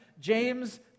James